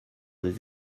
des